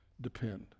depend